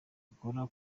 akora